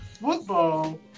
football